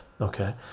okay